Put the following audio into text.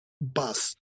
bus